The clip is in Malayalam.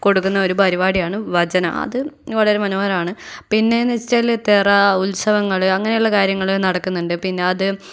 കൊടുക്കുന്ന ഒരു പരിപാടിയാണ് ഭജന അത് വളരെ മനോഹരമാണ് പിന്നേയെന്നു വെച്ചാൽ ഉത്സവങ്ങൾ അങ്ങനെയുള്ള കാര്യങ്ങൾ നടക്കുന്നുണ്ട് പിന്നെ അത്